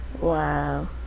Wow